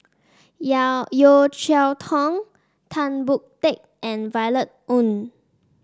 Yeo Cheow Tong Tan Boon Teik and Violet Oon